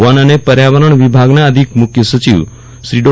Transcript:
one અને પર્યાવરણ વિભાગના અધિક મુખ્ય સચિવ શ્રી ડૉ